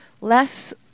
less